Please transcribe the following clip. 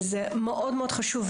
וזה מאוד מאוד חשוב,